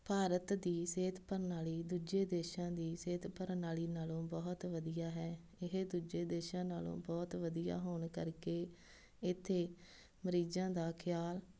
ਭਾਰਤ ਦੀ ਸਿਹਤ ਪ੍ਰਣਾਲੀ ਦੂਜੇ ਦੇਸ਼ਾਂ ਦੀ ਸਿਹਤ ਪ੍ਰਣਾਲੀ ਨਾਲੋਂ ਬਹੁਤ ਵਧੀਆ ਹੈ ਇਹ ਦੂਜੇ ਦੇਸ਼ਾਂ ਨਾਲੋਂ ਬਹੁਤ ਵਧੀਆ ਹੋਣ ਕਰਕੇ ਇੱਥੇ ਮਰੀਜ਼ਾਂ ਦਾ ਖਿਆਲ